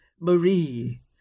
Marie